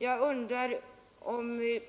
Jag undrar om